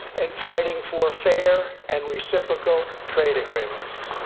and fighting for fair and reciprocal trade agreements.